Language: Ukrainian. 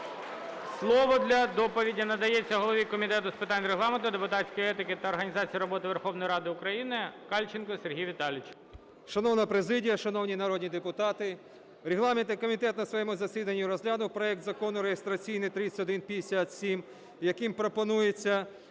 Слово для доповіді надається голові Комітету з питань Регламенту, депутатської етики та організації роботи Верховної Ради України Кальченку Сергію Віталійовичу. 13:46:52 КАЛЬЧЕНКО С.В. Шановна президія, шановні народні депутати! Регламентний комітет на своєму засіданні розглянув проект Закону реєстраційний 3157, яким пропонуються